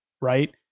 right